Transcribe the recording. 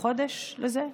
חודש לזה,